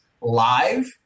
live